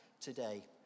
today